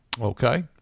okay